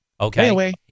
Okay